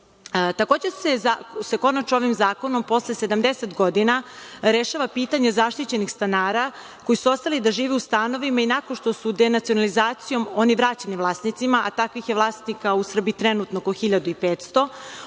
se konačno ovim zakonom, posle 70 godina, rešava pitanje zaštićenih stanara koji su ostali da žive u stanovima i nakon što su denacionalizacijom oni vraćeni vlasnicima, a takvih je vlasnika u Srbiji trenutno oko 1.500.